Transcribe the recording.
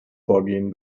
vorgehen